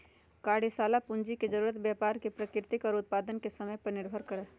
कार्यशाला पूंजी के जरूरत व्यापार के प्रकृति और उत्पादन के समय पर निर्भर करा हई